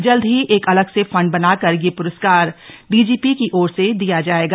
जल्द ही एक अलग से फंड बनाकर यह प्रस्कार डीजीपी की ओर से दिया जाएगा